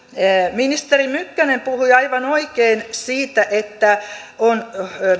ministeri mykkänen puhui aivan oikein siitä että on